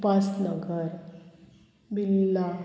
Upasnagar Billa